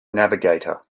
navigator